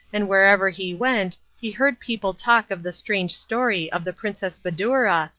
and wherever he went he heard people talk of the strange story of the princess badoura,